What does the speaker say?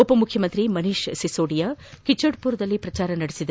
ಉಪ ಮುಖ್ಚಮಂತ್ರಿ ಮನೀಶ್ ಸಿಸೋಡಿಯಾ ಕಿಚಿಡ್ ಪುರ್ದಲ್ಲಿ ಪ್ರಚಾರ ನಡೆಸಿದರು